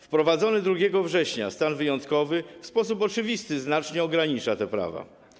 Wprowadzony 2 września stan wyjątkowy w sposób oczywisty znacznie ogranicza te prawa.